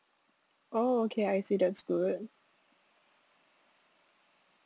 oh okay I see that's good